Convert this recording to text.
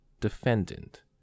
Defendant